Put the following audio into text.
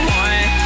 one